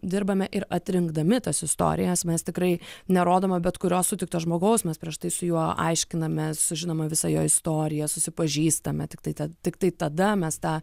dirbame ir atrinkdami tas istorijas mes tikrai nerodome bet kurio sutikto žmogaus mes prieš tai su juo aiškinamės sužinoma visa jo istorija susipažįstame tiktai tad tiktai tada mes tą